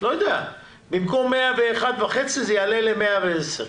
במקום 101.5% זה יעלה ל-110%.